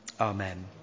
Amen